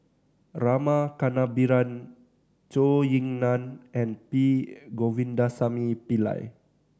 Rama Kannabiran Zhou Ying Nan and P Govindasamy Pillai